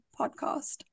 Podcast